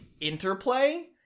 interplay